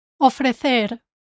ofrecer